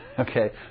Okay